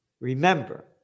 remember